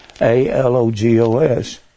A-L-O-G-O-S